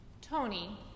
Tony